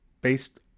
based